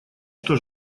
что